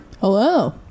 Hello